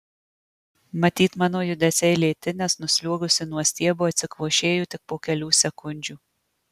matyt mano judesiai lėti nes nusliuogusi nuo stiebo atsikvošėju tik po kelių sekundžių